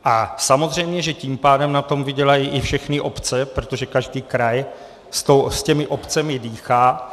A samozřejmě že tím pádem na tom vydělají i všechny obce, protože každý kraj s těmi obcemi dýchá.